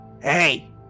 hey